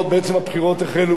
בעצם הבחירות החלו,